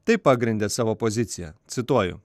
taip pagrindė savo poziciją cituoju